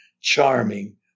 charming